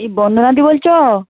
কি বন্দনাদি বলছ